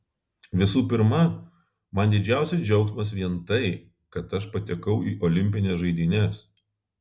visų pirma man didžiausias džiaugsmas vien tai kad aš patekau į olimpines žaidynes